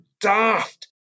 daft